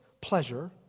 pleasure